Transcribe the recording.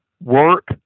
work